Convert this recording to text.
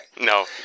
No